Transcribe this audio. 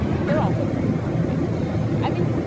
but they're also expected to work for basically nothing. i mean,